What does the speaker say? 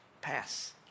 pass